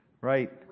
right